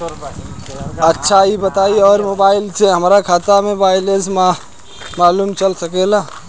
अच्छा ई बताईं और मोबाइल से हमार खाता के बइलेंस मालूम चल सकेला?